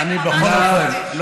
ענת.